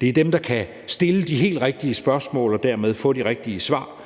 Det er dem, der kan stille de helt rigtige spørgsmål og dermed få de rigtige svar,